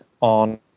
on